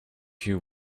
you